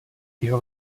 jeho